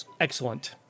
Excellent